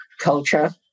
culture